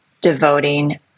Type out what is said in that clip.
devoting